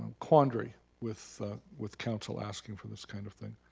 quandary with with council asking for this kind of thing.